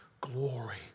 glory